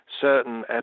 certain